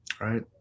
Right